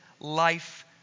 life